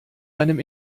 deinem